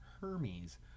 Hermes